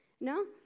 No